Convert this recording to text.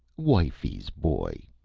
wifey's boy!